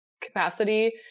capacity